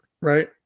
right